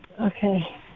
Okay